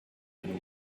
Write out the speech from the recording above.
and